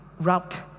route